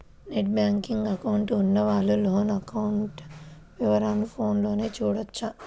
net banking account ఉన్నవాళ్ళు loan account వివరాలను ఫోన్లోనే చూడొచ్చు